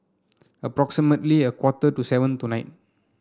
approximately a quarter to seven tonight